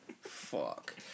Fuck